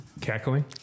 cackling